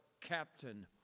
captain